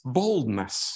boldness